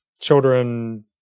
children